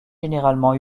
généralement